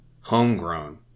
Homegrown